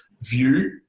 view